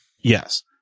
Yes